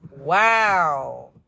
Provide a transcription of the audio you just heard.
wow